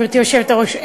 גברתי היושבת-ראש,